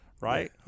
Right